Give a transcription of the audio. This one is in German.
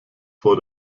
vor